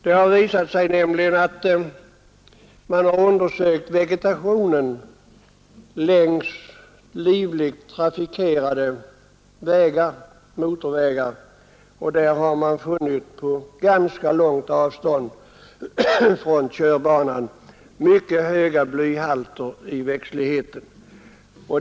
Man har nämligen undersökt vegetationen längs livligt trafikerade motorvägar, och där har man på ganska långt avstånd från körbanan funnit mycket höga blyhalter i växtligheten.